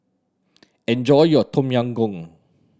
enjoy your Tom Yam Goong